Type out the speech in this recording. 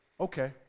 okay